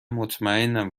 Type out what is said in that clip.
مطمئنم